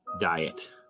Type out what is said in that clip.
diet